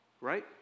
Right